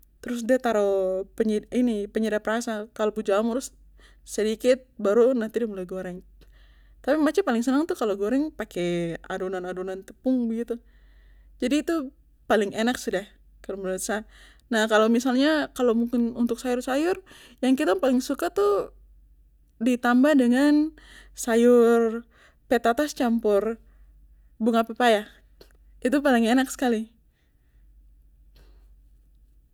Trus de taro penyedap ini penyedap rasa kaldu jamur sedikit baru nanti de mulai goreng tapi mace paling senang tuh kalo goreng pake adonan adonan tepung begitu jadi itu paling enak sudah kalo menurut sa nah kalo misalnya kalokalo mungkin untuk sayur sayur kita paling suka tuh di tambah dengan sayur petatas campur bunga pepaya itu paling enak skali